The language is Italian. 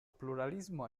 pluralismo